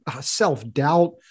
self-doubt